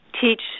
teach